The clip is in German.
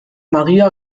maria